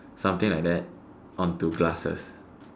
something like that on two glasses